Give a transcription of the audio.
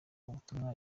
ubutumwa